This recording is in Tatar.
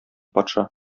патша